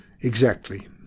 Exactly